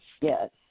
Yes